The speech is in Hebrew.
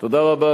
תודה רבה,